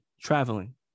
Traveling